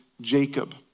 Jacob